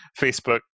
Facebook